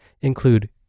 include